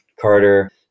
Carter